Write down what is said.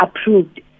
approved